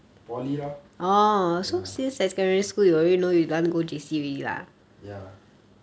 poly lor ya ya